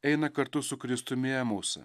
eina kartu su kristumi į emusą